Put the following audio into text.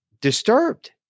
disturbed